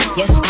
yes